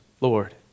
Lord